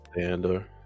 Andor